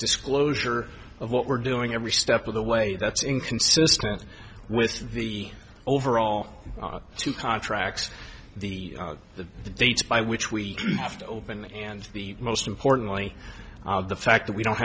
disclosure of what we're doing every step of the way that's inconsistent with the overall two contracts the the the dates by which we have to open and the most importantly the fact that we don't